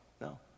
No